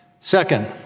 Second